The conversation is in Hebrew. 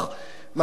מס הכנסה,